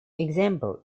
example